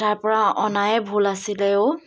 তাৰ পৰা অনাই ভুল আছিলে অ'